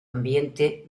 ambiente